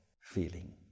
feeling